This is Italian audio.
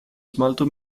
smalto